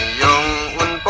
no